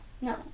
no